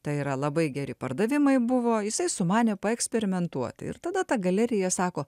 tai yra labai geri pardavimai buvo jisai sumanė paeksperimentuoti ir tada ta galerija sako